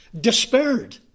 despaired